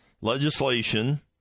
legislation